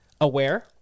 aware